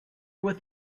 with